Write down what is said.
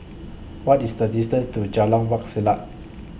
What IS The distance to Jalan Wak Selat